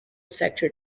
sector